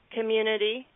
community